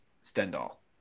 Stendhal